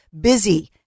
busy